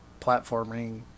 platforming